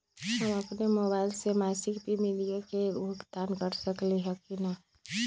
हम अपन मोबाइल से मासिक प्रीमियम के भुगतान कर सकली ह की न?